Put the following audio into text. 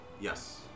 Yes